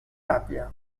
tàpia